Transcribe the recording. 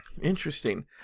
interesting